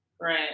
Right